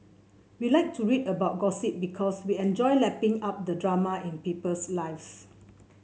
we like to read about gossip because we enjoy lapping up the drama in people's lives